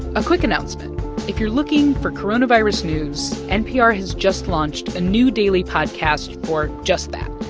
a quick announcement if you're looking for coronavirus news, npr has just launched new daily podcast for just that.